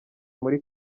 muri